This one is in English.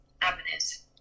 avenues